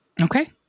Okay